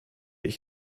ich